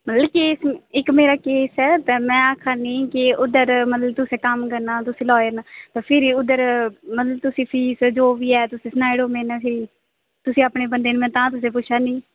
की इक्क मेरा केस ऐ ते में आक्खा नी कि उद्धर तुसें कम्म करना तुस लॉयर न ते फिर तुस फीस जो बी ऐ तुस मेरे कन्नै सनाई ओड़ो फ्ही तुस अपने बंदे न में तां तुसेंगी पुच्छा नी